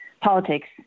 politics